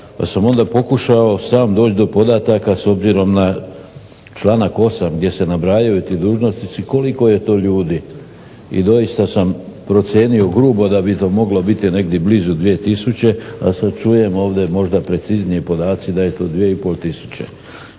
Pa sam onda pokušao sam doći do podataka, s obzirom na članak 8. gdje se nabrajaju i ti dužnosnici koliko je to ljudi, i doista sam procijenio grubo da bi to moglo biti negdje blizu 2 tisuće, a sad čujem ovdje možda precizniji podatci da je to 2